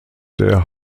der